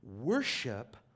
Worship